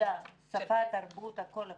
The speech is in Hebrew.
שפה, תרבות, הכול ערבי.